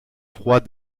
froid